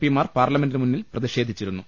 P മാർ പാർലിമെന്റിന് മുന്നിൽ പ്രതിഷേധിച്ചിരുന്നു